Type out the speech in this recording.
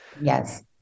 yes